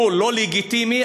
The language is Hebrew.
אם הוא לא לגיטימי,